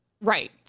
Right